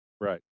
Right